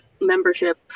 membership